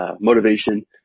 motivation